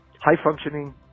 high-functioning